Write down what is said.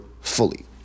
fully